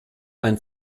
ein